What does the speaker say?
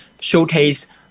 showcase